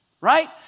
right